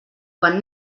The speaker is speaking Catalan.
quan